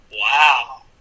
Wow